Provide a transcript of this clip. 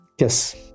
Yes